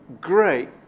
great